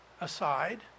aside